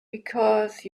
because